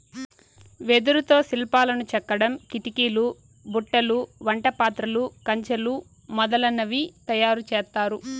వెదురుతో శిల్పాలను చెక్కడం, కిటికీలు, బుట్టలు, వంట పాత్రలు, కంచెలు మొదలనవి తయారు చేత్తారు